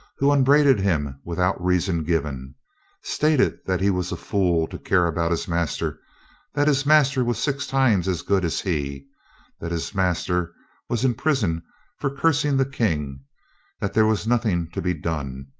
who upbraided him without reason given stated that he was a fool to care about his master that his master was six times as good as he that his master was in prison for cursing the king that there was nothing to be done,